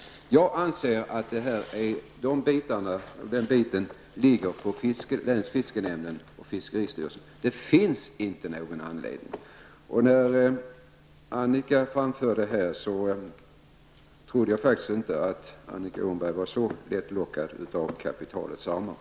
Jag anser att den biten ligger på länsfiskenämnden och fiskeristyrelsen. Det finns ingen anledning. Jag trodde faktiskt inte att Annika Åhnberg var så lättlockad av kapitalister.